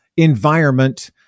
environment